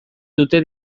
dute